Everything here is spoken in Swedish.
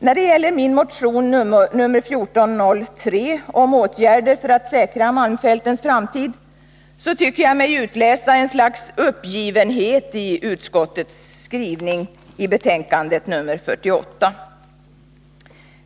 När det gäller min motion nr 1403 om åtgärder för att säkra malmfältens framtid, så tycker jag mig kunna utläsa ett slags uppgivenhet i utskottets skrivning i betänkande nr 48.